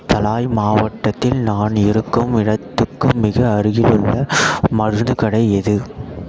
தலாய் மாவட்டத்தில் நான் இருக்கும் இடத்துக்கு மிக அருகிலுள்ள மருந்துக்கடை எது